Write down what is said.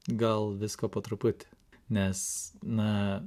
gal visko po truputį nes na